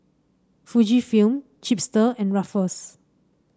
Fujifilm Chipster and Ruffles